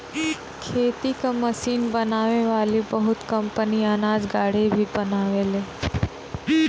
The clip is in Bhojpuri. खेती कअ मशीन बनावे वाली बहुत कंपनी अनाज गाड़ी भी बनावेले